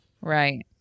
right